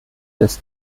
des